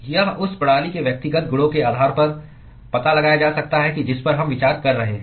यह उस प्रणाली के व्यक्तिगत गुणों के आधार पर पता लगाया जा सकता है जिस पर हम विचार कर रहे हैं